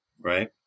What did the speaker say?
Right